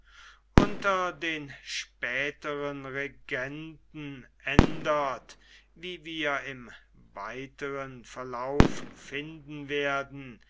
unter den späteren regenten ändert wie wir im weiteren verlauf finden werden